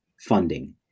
funding